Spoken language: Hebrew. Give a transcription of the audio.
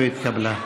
לא התקבלה.